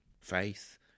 faith